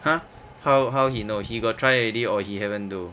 !huh! how how he know he got try already or he haven't do